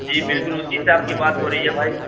جی بالکل اُسی سے آپ کی بات ہو رہی ہے بھائی